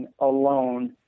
alone